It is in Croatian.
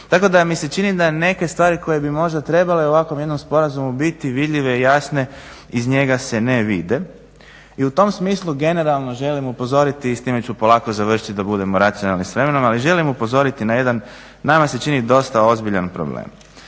Tako da mi se čini da neke stvari koje bi možda trebale u ovakvom jednom sporazumu biti vidljive i jasne iz njega se ne vide. I u tom smislu generalno želim upozoriti i s time ću polako završiti da budemo racionalni sa vremenom, ali želim upozoriti na jedan nama se čini dosta ozbiljan problem.